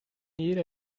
jeder